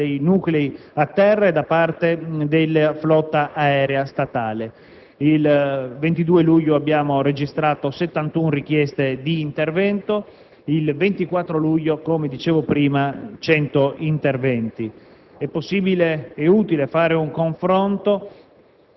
Il 22 luglio abbiamo registrato 71 richieste d'intervento, il 24 luglio, come dicevo prima, 100 interventi. È possibile e utile fare un confronto